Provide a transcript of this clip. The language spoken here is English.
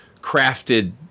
crafted